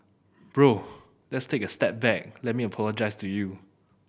bro let's take a step back let me apologise to you